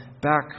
back